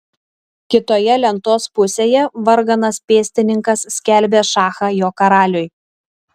kitoje lentos pusėje varganas pėstininkas skelbė šachą jo karaliui